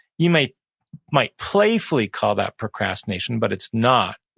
you might might playfully call that procrastination, but it's not,